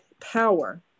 power